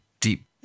deep